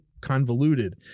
convoluted